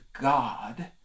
God